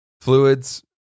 fluids